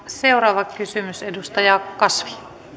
seuraava kysymys edustaja kasvi